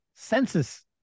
Census